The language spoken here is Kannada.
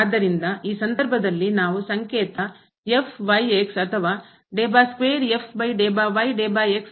ಆದ್ದರಿಂದ ಈ ಸಂದರ್ಭದಲ್ಲಿ ನಾವು ಸಂಕೇತ ಅಥವಾ ವನ್ನು